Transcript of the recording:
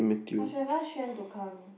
I should have asked Xuan to come